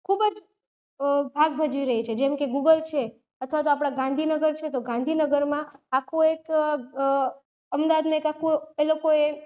ખૂબ જ ભાગ ભજવી રહી છે જેમકે ગૂગલ છે અથવા તો આપણા ગાંધીનગર છે તો ગાંધીનગરમાં આખું એક અમદાવાદમાં એક આખું એ લોકોએ